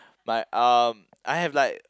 but um I have like